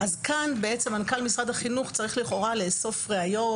כאן בעצם מנכ"ל משרד החינוך צריך לכאורה לאסוף ראיות